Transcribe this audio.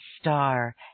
star